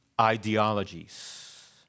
ideologies